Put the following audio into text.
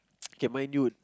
can mine do it